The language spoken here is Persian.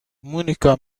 مونیکا